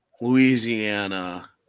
Louisiana